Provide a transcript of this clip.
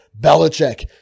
Belichick